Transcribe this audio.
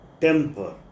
temper